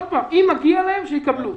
אם מגיע להם שיקבלו.